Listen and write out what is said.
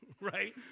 right